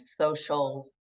social